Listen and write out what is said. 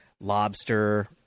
lobster